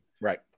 right